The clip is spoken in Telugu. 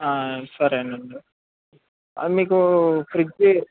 ఆ సరేనండి మీకు ఫ్రిజ్జి